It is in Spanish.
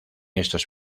estos